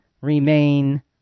remain